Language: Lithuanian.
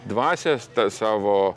dvasias ta savo